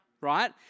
right